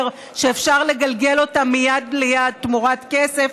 שאפשר לגלגל אותה מיד ליד תמורת כסף,